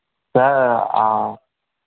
sir